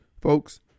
Folks